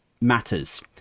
matters